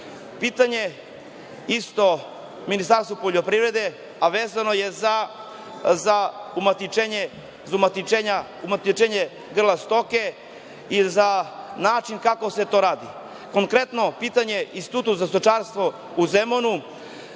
tržišta. Pitanje isto Ministarstvu poljoprivrede, a vezano je za umatičenje grla stoke i za način kako se to radi. Konkretno pitanje Institutu za stočarstvo u Zemunu